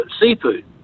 seafood